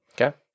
Okay